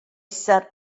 set